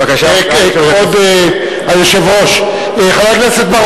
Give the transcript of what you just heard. בבקשה, יושב-ראש הכנסת.